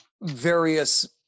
various